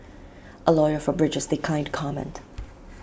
A lawyer for bridges declined to comment